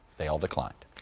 they all declined.